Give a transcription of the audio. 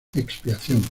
expiación